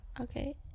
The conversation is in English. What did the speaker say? Okay